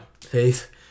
faith